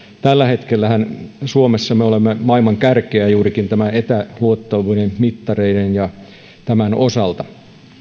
tällä hetkellähän me olemme suomessa maailman kärkeä juurikin näiden etäluettavien mittareiden osalta